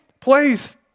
place